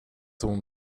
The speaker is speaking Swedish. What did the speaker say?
hon